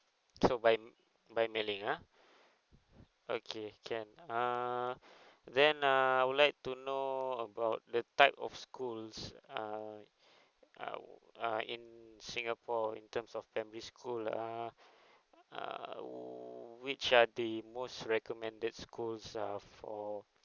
so by by mailing ah okay can err then err I would like to know about the type of schools uh uh uh in singapore in terms of primary school ah err which are the most recommended school are for